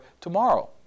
tomorrow